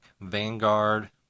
Vanguard